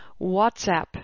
WhatsApp